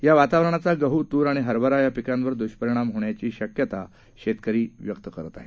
या वातावरणाचा गहू तूर आणि हरभरा या पिकांवर दुष्परिणाम होण्याची शक्यता शेतकरी व्यक्त करत आहेत